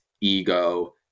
ego